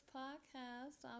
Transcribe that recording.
podcast